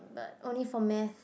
but only for math